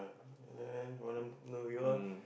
uh no we all